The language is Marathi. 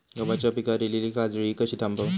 गव्हाच्या पिकार इलीली काजळी कशी थांबव?